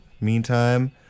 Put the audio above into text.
meantime